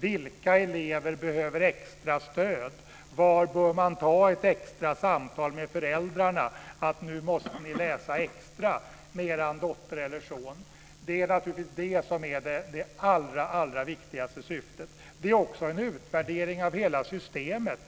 Vilka elever behöver extra stöd? Var bör man ta ett extra samtal med föräldrarna om att de nu måste läsa extra med sin dotter eller son? Det är naturligtvis detta som är det allra viktigaste syftet. Det är också en utvärdering av hela systemet.